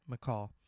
McCall